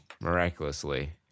miraculously